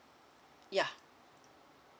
ya